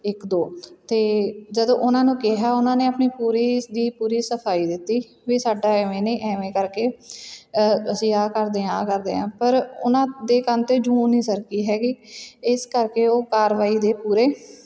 ਇੱਕ ਦੋ ਅਤੇ ਜਦੋਂ ਉਹਨਾਂ ਨੂੰ ਕਿਹਾ ਉਹਨਾਂ ਨੇ ਆਪਣੀ ਪੂਰੀ ਸ ਦੀ ਪੂਰੀ ਸਫਾਈ ਦਿੱਤੀ ਵੀ ਸਾਡਾ ਐਵੇਂ ਨਹੀਂ ਐਵੇਂ ਕਰਕੇ ਅਸੀਂ ਆਹ ਕਰਦੇ ਹਾਂ ਆਹ ਕਰਦੇ ਹਾਂ ਪਰ ਉਹਨਾਂ ਦੇ ਕੰਨ 'ਤੇ ਜੂੰ ਨਹੀਂ ਸਰਕੀ ਹੈਗੀ ਇਸ ਕਰਕੇ ਉਹ ਕਾਰਵਾਈ ਦੇ ਪੂਰੇ